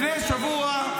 לפני שבוע,